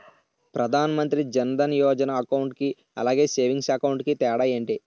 Pradhan Mantri Jan Dhan Yojana account కి అలాగే savings account కి తేడా ఏంటి?